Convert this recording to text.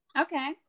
Okay